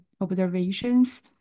observations